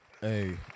Hey